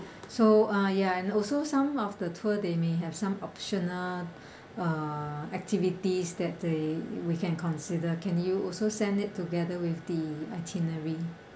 so uh ya and also some of the tour they may have some optional uh activities that they we can consider can you also send it together with the itinerary